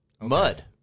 Mud